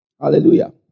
Hallelujah